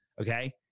Okay